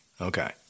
Okay